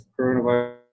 coronavirus